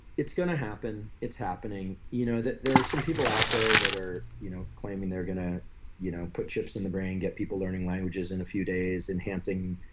it's going to happen. it's happening. you know there are some people out there that are you know claiming they're going to you know put chips in the brain, get people learning languages in a few days enhancing,